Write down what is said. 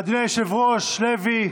אדוני היושב-ראש לוי.